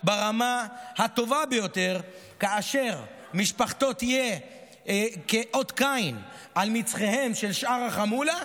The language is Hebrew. ברמה הטובה ביותר כאשר משפחתו תהיה כאות קין על המצח של שאר החמולה,